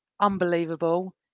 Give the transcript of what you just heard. unbelievable